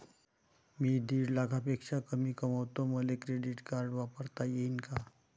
मी दीड लाखापेक्षा कमी कमवतो, मले क्रेडिट कार्ड वापरता येईन का?